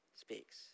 speaks